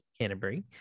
Canterbury